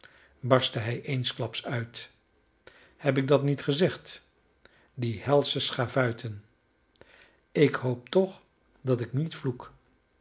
barstte hij eensklaps uit heb ik dat niet gezegd die helsche schavuiten ik hoop toch dat ik niet vloek